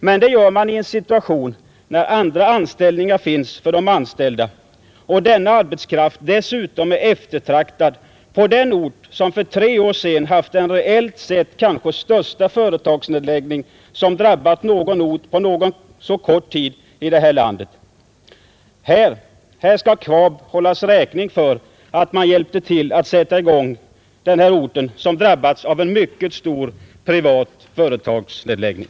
Men det gör man i en situation när andra arbeten finns för de anställda och denna arbetskraft dessutom är eftertraktad på den ort som för tre år sedan haft den reellt sett kanske största företagsnedläggning som drabbat någon ort på så kort tid i vårt land. Här skall KVAB hållas räkning för att man hjälpte till att sätta i gång denna ort som drabbats av en mycket stor privat företagsnedläggning.